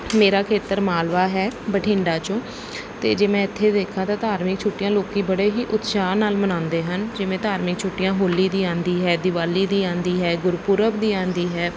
ਮੇਰਾ ਖੇਤਰ ਮਾਲਵਾ ਹੈ ਬਠਿੰਡਾ ਚੋਂ ਅਤੇ ਜੇ ਮੈਂ ਇੱਥੇ ਦੇਖਾ ਤਾਂ ਧਾਰਮਿਕ ਛੁੱਟੀਆਂ ਲੋਕ ਬੜੇ ਹੀ ਉਤਸ਼ਾਹ ਨਾਲ ਮਨਾਉਂਦੇ ਹਨ ਜਿਵੇਂ ਧਾਰਮਿਕ ਛੁੱਟੀਆਂ ਹੋਲੀ ਦੀ ਆਉਂਦੀ ਹੈ ਦਿਵਾਲੀ ਦੀ ਆਉਂਦੀ ਹੈ ਗੁਰਪੁਰਬ ਦੀ ਆਉਂਦੀ ਹੈ